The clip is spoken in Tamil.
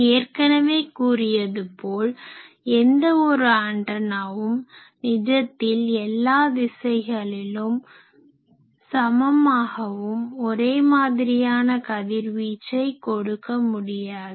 ஏற்கனவே கூறியது போல எந்த ஒரு ஆன்டனாவும் நிஜத்தில் எல்லா திசைகளிலும் சமமாகவும் ஒரே மாதிரியான கதிர்வீச்சை கொடுக்க முடியாது